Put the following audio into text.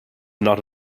not